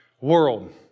world